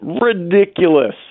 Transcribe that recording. ridiculous